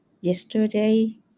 Yesterday